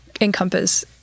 encompass